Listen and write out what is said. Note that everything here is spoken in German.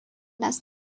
das